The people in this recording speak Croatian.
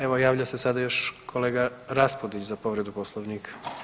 Evo javlja se sada još kolega Raspudić za povredu Poslovnika.